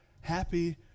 happy